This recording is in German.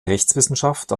rechtswissenschaft